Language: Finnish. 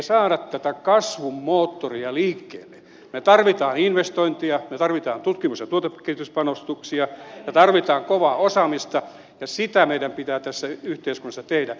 me tarvitsemme investointeja me tarvitsemme tutkimus ja tuotekehityspanostuksia me tarvitsemme kovaa osaamista ja sitä meidän pitää tässä yhteiskunnassa tehdä